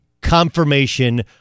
confirmation